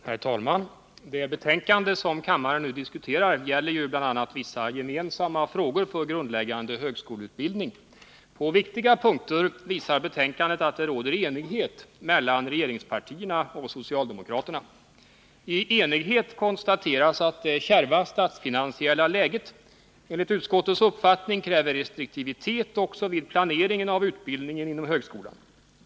Herr talman! Det betänkande som kammaren nu diskuterar gäller bl.a. vissa gemensamma frågor för grundläggande högskoleutbildning. På viktiga punkter visar betänkandet att det råder enighet mellan regeringspartierna och socialdemokraterna. I enighet konstateras att det kärva statsfinansiella läget enligt utskottets uppfattning kräver restriktivitet också vid planeringen av utbildningen inom högskolan.